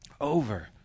over